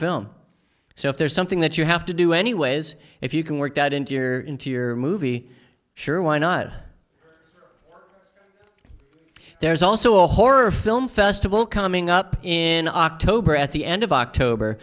film so if there's something that you have to do anyways if you can work that into your into your movie sure why not there's also a horror film festival coming up in october at the end of october